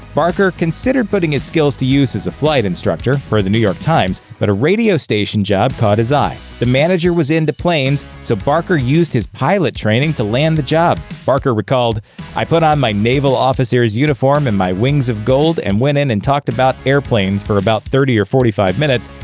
barker considered putting his skills to use as a flight instructor, per the new york times, but a radio station job caught his eye. the manager was into planes, so barker used his pilot training to land the job. barker recalled i put on my naval officer's uniform and my wings of gold and went in and talked about airplanes for about thirty or forty five minutes,